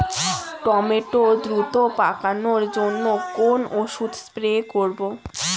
Tomato দ্রুত পাকার জন্য কোন ওষুধ স্প্রে করব?